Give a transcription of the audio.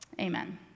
Amen